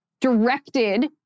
directed